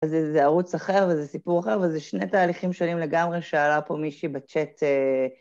זה ערוץ אחר, וזה סיפור אחר, וזה שני תהליכים שונים לגמרי, שאלה פה מישהי בצ'אט...